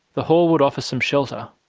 the hall would offer some shelter.